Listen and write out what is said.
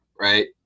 right